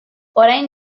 orain